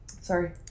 Sorry